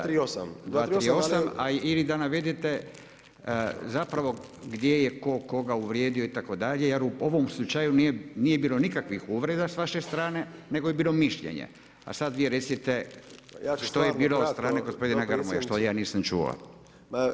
238. ili da navedete zapravo gdje je tko koga uvrijedio itd., jer u ovom slučaju nije bilo nikakvih uvreda s vaše strane nego je bilo mišljenje, sad vi recite što je bilo od strane gospodina Grmoje što ja nisam čuo.